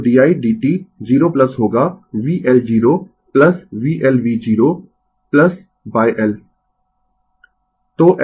तो di dt 0 होगा v L 0 v L v0 L